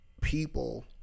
people